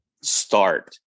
start